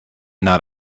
not